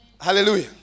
Hallelujah